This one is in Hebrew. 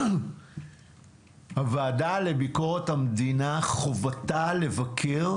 חובת הוועדה לביקורת המדינה לבקר,